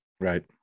Right